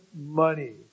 money